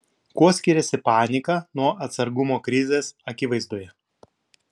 kuo skiriasi panika nuo atsargumo krizės akivaizdoje